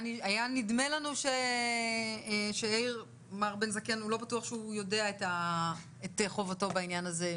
היה נדמה לנו שיאיר בן זקן לא בטוח שהוא יודע את חובתו בעניין הזה,